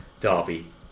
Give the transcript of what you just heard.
Derby